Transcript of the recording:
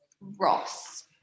Ross